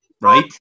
right